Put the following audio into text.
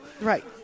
right